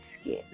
skin